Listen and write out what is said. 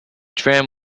tram